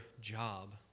job